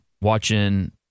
Watching